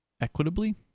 Equitably